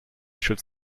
should